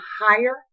higher